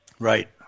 Right